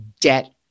debt